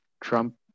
trump